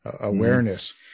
awareness